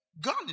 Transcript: God